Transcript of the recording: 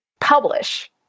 publish